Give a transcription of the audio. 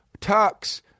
tux